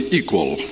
equal